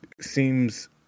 seems